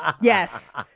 Yes